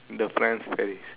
the France Paris